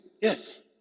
Yes